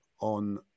on